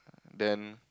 them